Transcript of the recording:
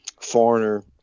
foreigner